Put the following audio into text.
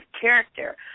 character